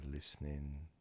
Listening